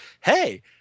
hey